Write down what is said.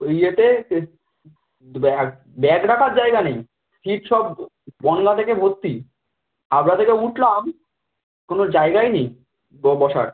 ওই ইয়েতে bag bag রাখার জায়গা নেই সীট সব বনগাঁ থেকে ভর্তি হাবরা থেকে উঠলাম কোনো জায়গাই নেই বসার